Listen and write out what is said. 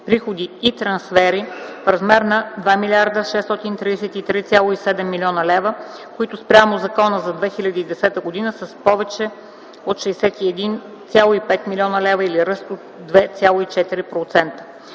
приходи и трансфери в размер на 2 млрд. 633,7 млн. лв., които спрямо закона за 2010 г. са повече с 61,5 млн. лв. или ръст с 2,4%.